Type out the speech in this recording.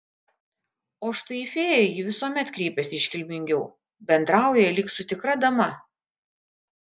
o štai į fėją ji visuomet kreipiasi iškilmingiau bendrauja lyg su tikra dama